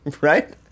Right